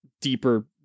deeper